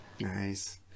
nice